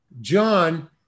John